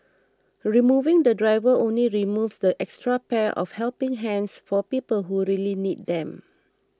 removing the driver only removes that extra pair of helping hands for people who really need them